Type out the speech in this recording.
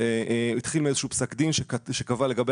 זה התחיל מאיזה שהוא פסק דין שקבע לגבי